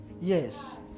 Yes